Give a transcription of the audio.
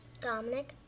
Dominic